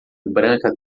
branca